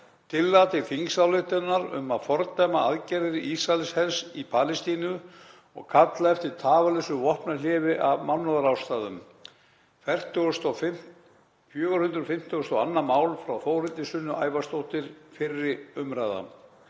Tillaga til þingsályktunar um að fordæma aðgerðir Ísraelshers í Palestínu og kalla eftir tafarlausu vopnahléi af mannúðarástæðum, 452. mál, frá Þórhildi Sunnu Ævarsdóttur, fyrri umræða,